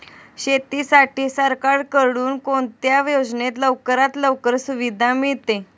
शेतीसाठी सरकारकडून कोणत्या योजनेत लवकरात लवकर सुविधा मिळते?